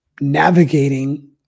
navigating